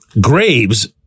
Graves